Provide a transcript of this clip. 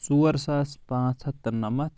ژور ساس پانٛژھ ہتھ تہٕ نمتھ